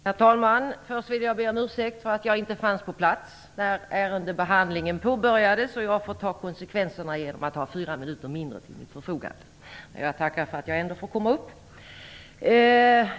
Herr talman! Först vill jag be om ursäkt för att jag inte fanns på plats när ärendebehandlingen påbörjades. Jag får ta konsekvenserna genom att få fyra minuter mindre till mitt förfogande. Men jag tackar för att jag ändå får ordet.